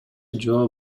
жөө